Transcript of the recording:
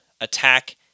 attack